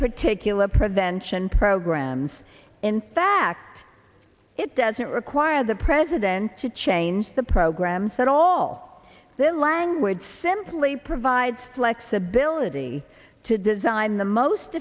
particular prevention programs in fact it doesn't require the president to change the programs at all the language simply provides flexibility to design the most